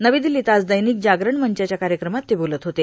नवी दिल्लीत आज दैनिक जागरण मंचाच्या कार्यक्रमात ते बोलत होते